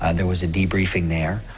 and there was a debriefing there.